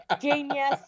genius